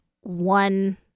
one